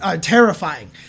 terrifying